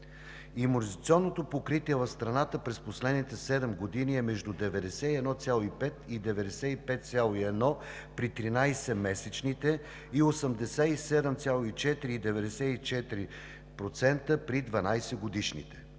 Имунизационното покритие в страната през последните седем години е между 91,5% и 95,1% при 13-месечните и 87,4% и 94% при 12-годишните.